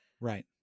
Right